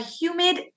humid